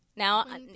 Now